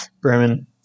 Bremen